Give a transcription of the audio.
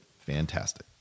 Fantastic